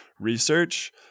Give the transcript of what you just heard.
research